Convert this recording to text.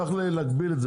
צריך להגביל.